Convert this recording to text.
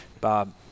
Bob